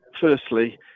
firstly